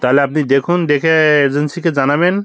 তাহলে আপনি দেখুন দেখে এজেন্সিকে জানাবেন